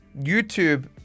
YouTube